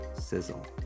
sizzle